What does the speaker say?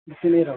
ಬಿಸಿ ನೀರು